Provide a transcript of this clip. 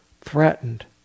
threatened